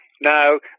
Now